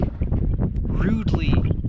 rudely